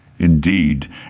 Indeed